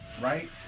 right